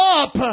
up